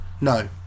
No